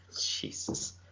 jesus